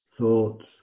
thoughts